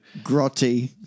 Grotty